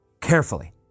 Carefully